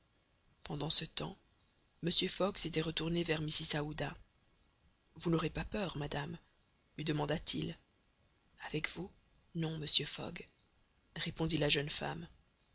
pendant ce temps mr fogg s'était retourné vers mrs aouda vous n'aurez pas peur madame lui demanda-t-il avec vous non monsieur fogg répondit la jeune femme